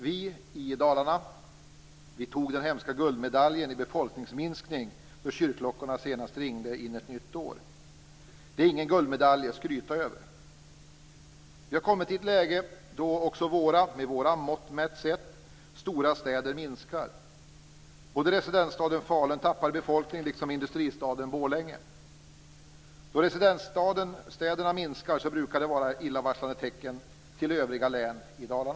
Vi i Dalarna tog den hemska guldmedaljen i befolkningsminskning då kyrkklockorna senast ringde in ett nytt år. Det är ingen guldmedalj att skryta över. Vi har kommit i ett läge då också våra, med våra mått mätt sett, stora städer minskar. Både residensstaden Falun liksom industristaden Borlänge tappar i befolkning. När residensstaden minskar i befolkning brukar det vara ett illavarslande tecken för övriga län i landet.